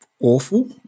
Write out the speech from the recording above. awful